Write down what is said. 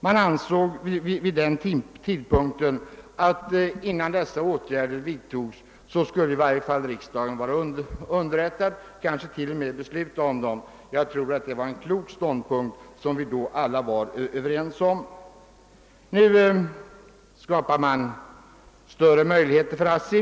Man ansåg att riksdagen skulle underrättas innan sådana åtgärder vidtogs eller att riksdagen t.o.m. skulle fatta besluten om dem. Det var en klok ståndpunkt som alla då var överens om. Nu skapar man större handlingsfrihet för ASSI.